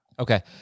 Okay